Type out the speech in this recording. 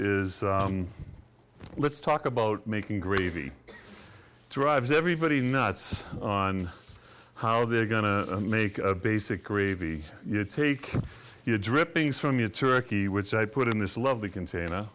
is let's talk about making gravy drives everybody nuts on how they're going to make a basic gravy you take your drippings from your turkey which i put in this lovely container